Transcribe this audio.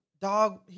dog